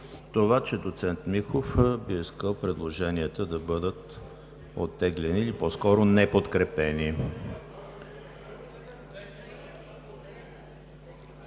предвид, че доцент Михов би искал предложенията да бъдат оттеглени, или по-скоро неподкрепени.